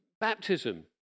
baptism